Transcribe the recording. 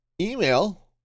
Email